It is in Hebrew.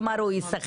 כלומר הוא ישחק,